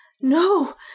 no